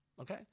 Okay